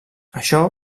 això